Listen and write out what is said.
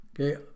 Okay